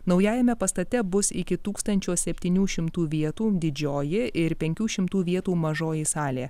naujajame pastate bus iki tūkstančio septynių šimtų vietų didžioji ir penkių šimtų vietų mažoji salė